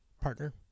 partner